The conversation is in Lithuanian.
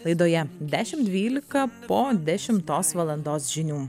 laidoje dešimt dvylika po dešimtos valandos žinių